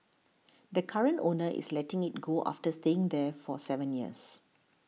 the current owner is letting it go after staying there for seven years